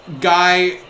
Guy